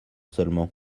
seulement